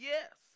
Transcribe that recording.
Yes